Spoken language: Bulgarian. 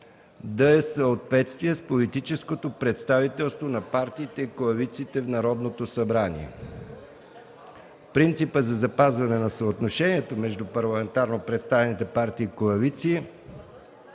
да е в съответствие с политическото представителство на партиите и коалициите в Народното събрание. Принципът за запазване на съотношението между парламентарно представените партии и коалиции